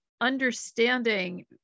understanding